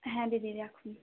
হ্যাঁ দিদি রাখুন